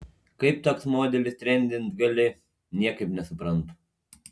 kaip toks modelis trendint gali niekaip nesuprantu